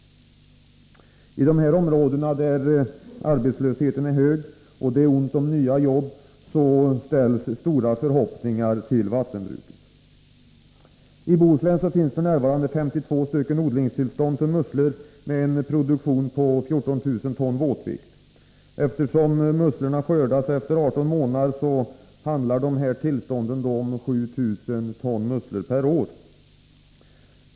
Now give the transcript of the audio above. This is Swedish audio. I dessa områden, där arbetslösheten är hög och det är ont om nya jobb ställs stora förhoppningar på vattenbruket. I Bohuslän finns f. n. 52 odlingstillstånd för musslor med en produktion på 14 000 ton våtvikt. Eftersom musslorna skördas efter 18 månader, handlar tillstånden om 7 000 ton per år.